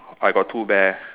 I got two bear